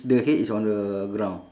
the head is on the ground